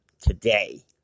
today